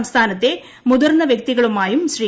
സംസ്ഥാനത്തെ മുതിർന്ന വ്യക്തികളുമായും ശ്രീ